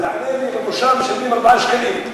תענה לי: במושב משלמים 4 שקלים.